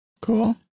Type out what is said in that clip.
Cool